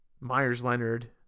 Myers-Leonard